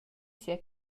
sia